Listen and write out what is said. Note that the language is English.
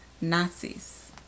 Nazis